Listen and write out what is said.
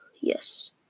Yes